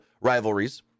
rivalries